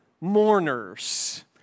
mourners